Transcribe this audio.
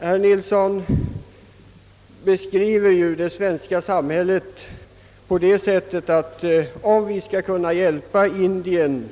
Herr Nilsson beskrev situationen på det sättet, att villkoret för att vi skall kunna hjälpa t.ex. Indien